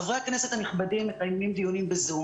חברי הכנסת הנכבדים מקיימים דיונים בזום